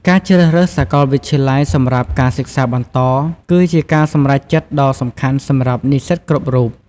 ការជ្រើសរើសសាកលវិទ្យាល័យសម្រាប់ការសិក្សាបន្តគឺជាការសម្រេចចិត្តដ៏សំខាន់សម្រាប់និស្សិតគ្រប់រូប។